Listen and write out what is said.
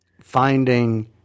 finding